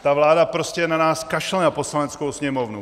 Ta vláda prostě na nás kašle, na Poslaneckou sněmovnu.